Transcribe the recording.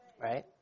right